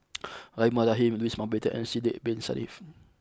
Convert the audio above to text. Rahimah Rahim Louis Mountbatten and Sidek Bin Saniff